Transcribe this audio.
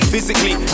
Physically